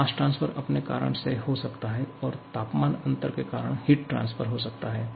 मास transfer अपने कारण से हो सकता है और तापमान अंतर के कारण हीट ट्रांसफर हो सकता है